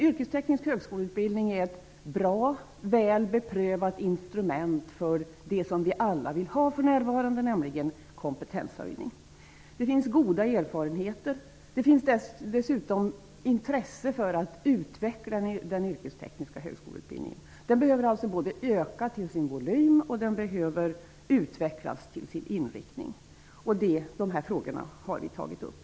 Yrkesteknisk högskoleutbildning är ett bra och väl beprövat instrument för det som vi alla för närvarande vill ha, nämligen en kompetenshöjning. Det finns goda erfarenheter på området. Dessutom finns det intresse för att utveckla den yrkestekniska högskoleutbildningen. Denna behöver alltså både öka volymmässigt och utvecklas vad gäller dess inriktning. De här frågorna har vi tagit upp.